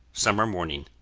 summer morning.